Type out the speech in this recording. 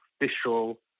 official